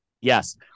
Yes